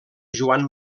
joan